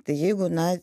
tai jeigu na